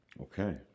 Okay